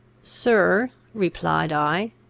sir, replied i,